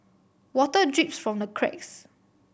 water drips from the cracks